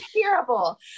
terrible